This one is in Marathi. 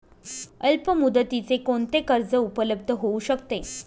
अल्पमुदतीचे कोणते कर्ज उपलब्ध होऊ शकते?